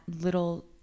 little